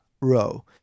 row